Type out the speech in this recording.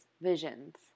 Visions